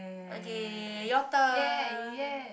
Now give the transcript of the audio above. okay your turn